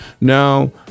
now